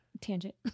tangent